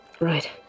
Right